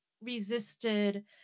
resisted